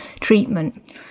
treatment